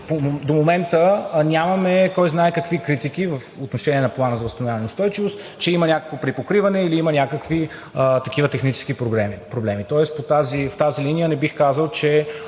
до момента нямаме кой знае какви критики по отношение на Плана за възстановяване и устойчивост, че има някакво припокриване или има някакви такива технически проблеми. В тази линия не бих казал, че